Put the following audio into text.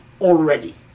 already